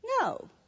No